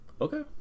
okay